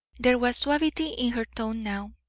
there was suavity in her tone now,